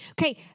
Okay